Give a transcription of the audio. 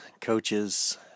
coaches